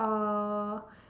uh